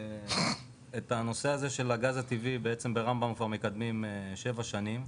את הנושא הזה של הגז הטבעי בעצם ברמב"ם כבר מקדמים שבע שנים,